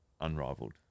unrivaled